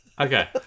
Okay